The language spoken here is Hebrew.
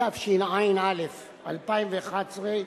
התשע"א 2011,